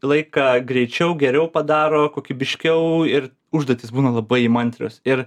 laiką greičiau geriau padaro kokybiškiau ir užduotys būna labai įmantrios ir